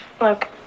Look